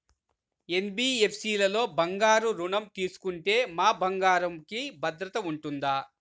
NBFC లలో బంగారు ఋణం తీసుకుంటే మా బంగారంకి భద్రత ఉంటుందా?